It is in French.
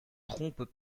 trompent